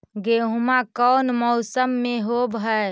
गेहूमा कौन मौसम में होब है?